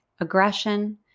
aggression